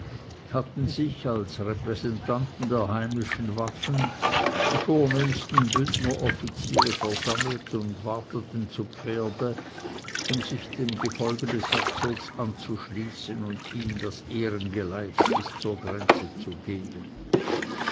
hatten sich als repräsentanten der heimischen waffen die vornehmsten bündneroffiziere versammelt und warteten zu pferde um sich dem gefolge des herzogs anzuschließen und ihm das ehrengeleit bis zur grenze zu geben